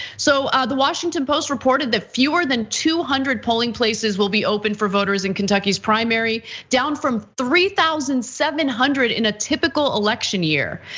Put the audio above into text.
so the washington post reported that fewer than two hundred polling places will be open for voters in kentucky's primary, down from three thousand seven hundred in a typical election year.